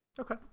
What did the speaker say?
Okay